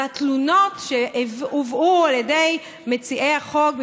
אז התלונות שהובאו על ידי מציעי החוק,